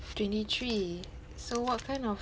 twenty three so what kind of